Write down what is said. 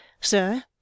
Sir